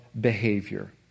behavior